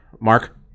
Mark